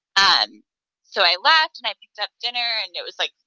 um so i left, and i picked up dinner. and it was, like,